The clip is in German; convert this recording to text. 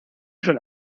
schon